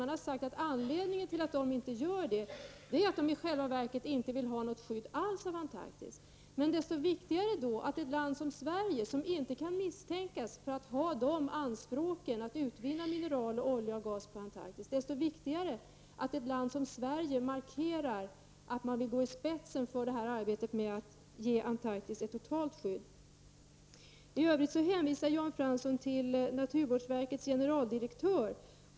Det har sagts att anledningen till att de inte gör det är att de i själva verket inte vill ha något skydd alls av Antarktis. Desto viktigare är det att ett land som Sverige, som inte kan misstänkas för att ha anspråk på att få utvinna mineral, olja och gas på Antarktis, markerar att man vill gå i spetsen för arbetet med att ge Antarktis ett totalt skydd. I övrigt hänvisar Jan Fransson till naturvårdsverkets generaldirektör.